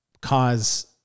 cause